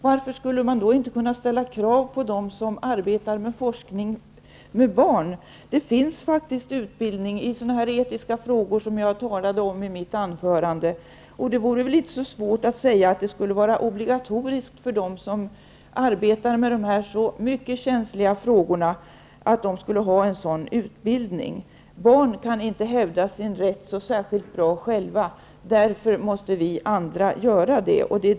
Varför skulle man då inte kunna ställa krav på dem som arbetar med forskning med barn? Det finns faktiskt utbildning i sådana etiska frågor, vilket jag talade om i mitt anförande. Det skulle väl kunna vara obligatoriskt för dem som arbetar med så känsliga frågor? Barn kan inte hävda sin rätt särskilt bra själva. Därför måste vi andra göra det.